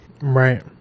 Right